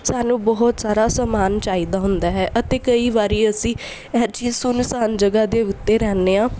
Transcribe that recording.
ਸਾਨੂੰ ਬਹੁਤ ਸਾਰਾ ਸਮਾਨ ਚਾਹੀਦਾ ਹੁੰਦਾ ਹੈ ਅਤੇ ਕਈ ਵਾਰ ਅਸੀਂ ਇਹੋ ਜਿਹੀ ਸੁੰਨਸਾਨ ਜਗ੍ਹਾ ਦੇ ਉੱਤੇ ਰਹਿਦੇ ਹਾਂ